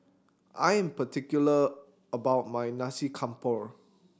I am particular about my Nasi Campur